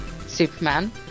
Superman